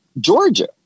Georgia